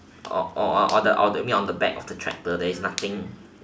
or or or the or the you mean on the back of the tractor there is nothing